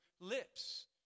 lips